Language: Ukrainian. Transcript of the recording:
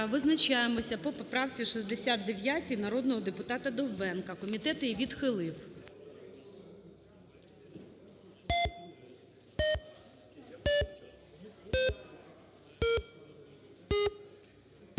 Визначаємося по поправці 69 народного депутата Довбенка. Комітет її відхилив.